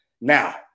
Now